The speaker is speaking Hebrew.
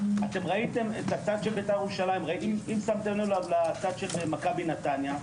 אם שמתם לב לצד של מכבי נתניה,